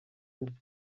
enye